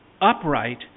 upright